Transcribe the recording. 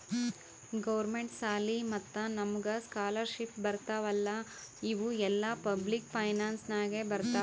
government ಸಾಲಿ ಮತ್ತ ನಮುಗ್ ಸ್ಕಾಲರ್ಶಿಪ್ ಬರ್ತಾವ್ ಅಲ್ಲಾ ಇವು ಎಲ್ಲಾ ಪಬ್ಲಿಕ್ ಫೈನಾನ್ಸ್ ನಾಗೆ ಬರ್ತಾವ್